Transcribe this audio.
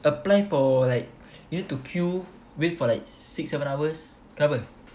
apply for like you need to queue wait for like six seven hours kenapa